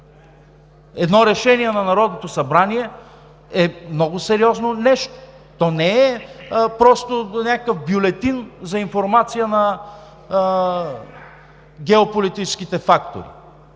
Едно решение на Народното събрание е много сериозно нещо. То не е просто някакъв бюлетин за информация на геополитическите фактори.